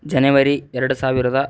ಜನವರಿ ಎರಡು ಸಾವಿರದ